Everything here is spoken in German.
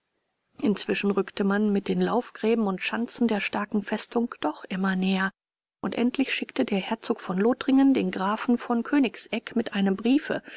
inzwischen rückte man mit den laufgräben und schanzen der starken festung doch immer näher und endlich schickte der herzog von lothringen den grafen von königsegg mit einem briefe